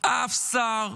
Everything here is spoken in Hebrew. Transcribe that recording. אף שר,